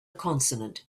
consonant